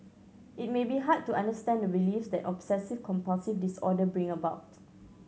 it may be hard to understand the beliefs that obsessive compulsive disorder bring about